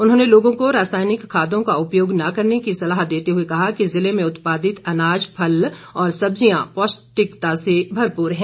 उन्होंने लोगों को रासायनिक खादों का उपयोग न करने की सलाह देते हुए कहा कि जिले में उत्पादित अनाज फल और सब्जियां पौष्टिकता से भरपूर है